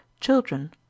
children